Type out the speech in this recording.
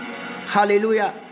Hallelujah